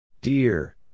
Dear